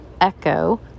echo